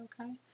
okay